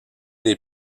les